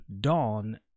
dawn